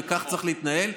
וכך צריך להתנהל.